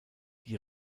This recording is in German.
die